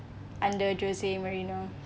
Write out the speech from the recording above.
under jose mourinho